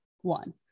one